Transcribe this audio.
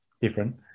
different